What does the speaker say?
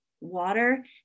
water